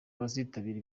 abazitabira